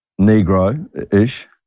Negro-ish